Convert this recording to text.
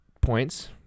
points